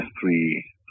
three